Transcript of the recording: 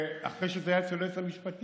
אחרי שזה היה אצל היועץ המשפטי.